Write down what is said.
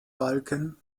balken